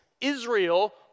Israel